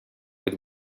with